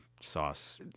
sauce